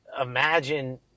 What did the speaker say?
imagine